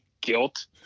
guilt